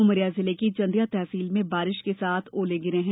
उमरिया जिले की चंदिया तहसील में बारिश के साथ ओले गिरे हैं